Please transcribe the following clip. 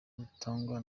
butangwa